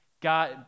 God